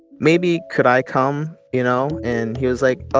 maybe could i come, you know? and he was like, ah